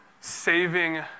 saving